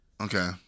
okay